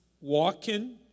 walking